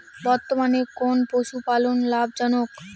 বর্তমানে কোন পশুপালন লাভজনক?